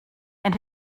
and